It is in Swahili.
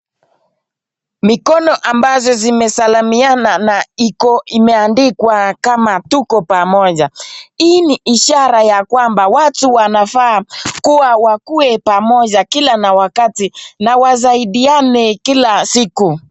Mikono ambazo zimesalamiana na imeandikwa kama tuko pamoja. Hii ni ishara ya kwamba watu wanafaa kuwa wakue pamoja kila na wakati na wasaidiane kila siku.